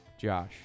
Josh